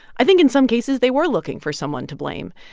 i think, in some cases, they were looking for someone to blame.